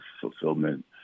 fulfillment